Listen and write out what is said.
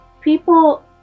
people